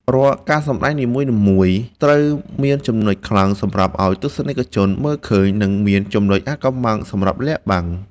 រាល់ការសម្តែងនីមួយៗត្រូវមានចំណុចខ្លាំងសម្រាប់ឱ្យទស្សនិកជនមើលឃើញ និង មានចំណុចអាថ៌កំបាំងសម្រាប់លាក់បាំង។